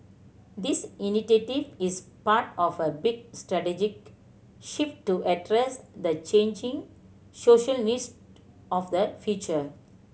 this initiative is part of a big strategic shift to address the changing social needs of the future